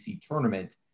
tournament